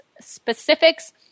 specifics